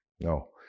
No